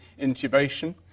intubation